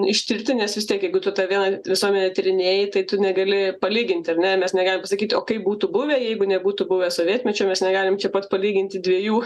ištirti nes vis tiek jeigu tu tą vieną visuomenę tyrinėji tai tu negali palyginti ar ne mes negalim pasakyti o kaip būtų buvę jeigu nebūtų buvę sovietmečio mes negalim čia pat palyginti dviejų